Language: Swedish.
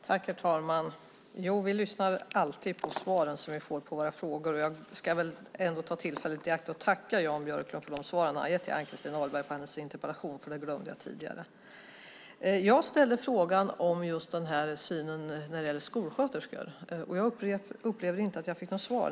Herr talman! Jo, vi lyssnar alltid på svaren som vi får på våra frågor. Jag ska ta tillfället i akt att tacka Jan Björklund för de svar han har gett till Ann-Christin Ahlberg på hennes interpellation, för det glömde jag tidigare. Jag ställde en fråga om synen på skolsköterskor, men jag upplevde att jag inte fick något svar.